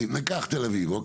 נניח, תל אביב, אוקיי?